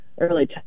early